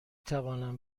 توانم